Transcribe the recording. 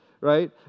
right